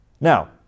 Now